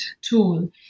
tool